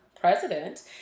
president